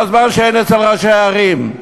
כל זמן שאין אצל ראשי הערים?